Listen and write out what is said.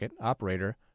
operator